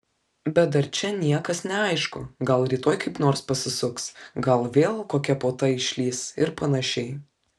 bet dar čia niekas neaišku gal rytoj kaip nors pasisuks gal vėl kokia puota išlįs ir panašiai